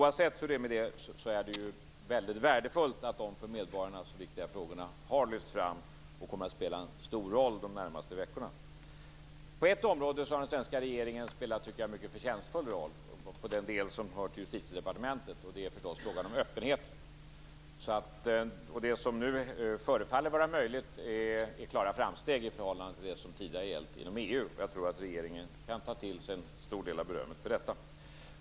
Oavsett hur det är med det, är det ju väldigt värdefullt att de för medborgarna så viktiga frågorna har lyfts fram och kommer att spela en stor roll de närmaste veckorna. På ett område har den svenska regeringen, tycker jag, spelat en mycket förtjänstfull roll inom den del som hör till Justitiedepartementet. Det gäller förstås frågan om öppenheten. Det som nu förefaller vara möjligt är klara framsteg i förhållande till det som tidigare har gällt inom EU. Jag tror att regeringen kan ta till sig en stor del av berömmet för detta.